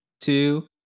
two